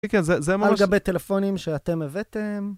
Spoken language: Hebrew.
כן כן, על גבי טלפונים שאתם הבאתם.